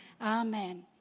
Amen